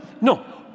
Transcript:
no